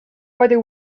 whether